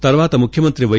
తర్వాత ముఖ్యమంత్రి పై